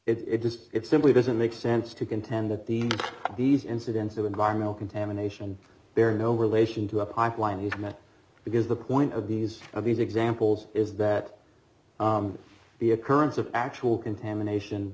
it just simply doesn't make sense to contend that these these incidents of environmental contamination bear no relation to a pipeline is met because the point of these of these examples is that the occurrence of actual contamination